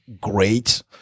great